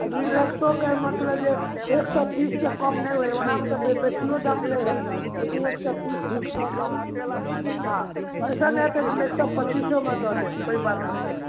आओर रिलैक्सोके मतलब जे एक सओ तीससँ कम नहि होइ हइ ओना हमसब बेसिए दाम लै हइ ओना एक सओ तीस तक दऽ देब हँ अइसन हइ कि हम एक सओ पचीसोमे दऽ देब कोइ बात नहि हइ